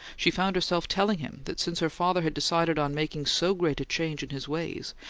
she found herself telling him that since her father had decided on making so great a change in his ways,